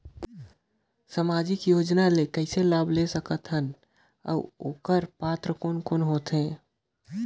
समाजिक योजना ले कइसे लाभ ले सकत बो और ओकर पात्र कोन कोन हो थे?